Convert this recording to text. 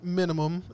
minimum